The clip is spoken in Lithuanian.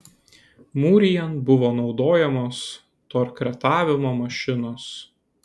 mūrijant buvo naudojamos torkretavimo mašinos